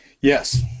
Yes